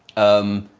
um.